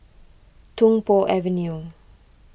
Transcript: Tung Po Avenue